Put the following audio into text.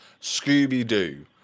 Scooby-Doo